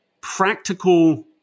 practical